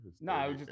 No